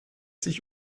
sich